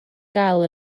gael